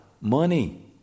money